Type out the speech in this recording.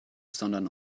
sondern